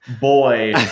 boy